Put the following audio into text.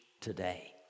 today